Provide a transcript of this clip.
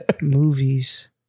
movies